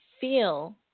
feel